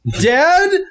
Dad